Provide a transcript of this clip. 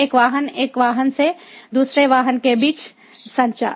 एक वाहन एक वाहन से दूसरे वाहन के बीच संचार